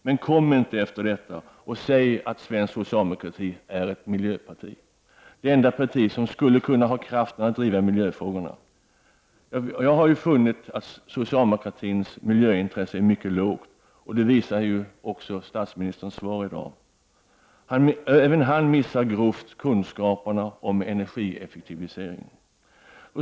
Men kom inte efter det och säg att svensk socialdemokrati är ett miljöparti — det enda parti som skulle kunna ha kraft att driva miljöfrågorna. Jag har funnit att socialdemokratins miljöintresse är mycket lågt. Det visar också statsministerns svar i dag. Även han missar grovt kunskaperna om energieffektivisering.